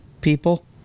people